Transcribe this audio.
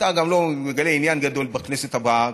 אתה גם לא מגלה עניין גדול בכנסת הבאה,